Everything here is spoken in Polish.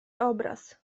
obraz